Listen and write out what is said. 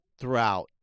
throughout